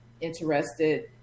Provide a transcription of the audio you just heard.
interested